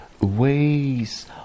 ways